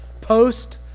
Post